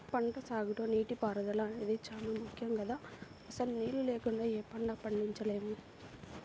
పంటసాగులో నీటిపారుదల అనేది చానా ముక్కెం గదా, అసలు నీళ్ళు లేకుండా యే పంటా పండించలేము